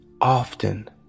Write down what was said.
often